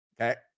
okay